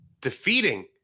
defeating